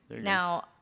Now